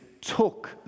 took